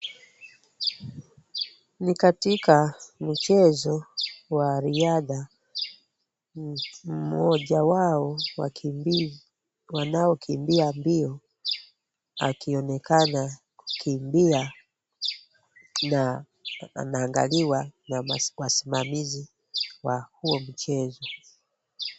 Ni katika michezo wa riadha. Mmoja wa wakimbizi, wanaokimbia mbio akionekana kukimbia na anaangaliwa na wasimamizi wa huo mchezo.